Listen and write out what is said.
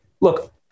look